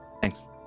Thanks